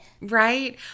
right